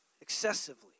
excessively